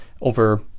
over